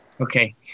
Okay